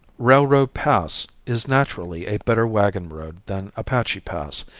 railroad pass is naturally a better wagon road than apache pass,